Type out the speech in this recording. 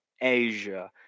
Asia